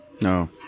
No